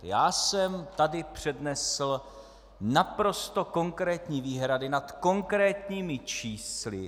Já jsem tady přednesl naprosto konkrétní výhrady nad konkrétními čísly.